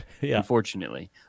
unfortunately